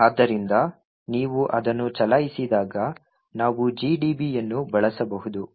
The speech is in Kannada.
ಆದ್ದರಿಂದ ನೀವು ಅದನ್ನು ಚಲಾಯಿಸಿದಾಗ ನಾವು GDB ಯನ್ನು ಬಳಸಬಹುದು